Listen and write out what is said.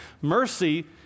Mercy